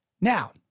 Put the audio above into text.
Now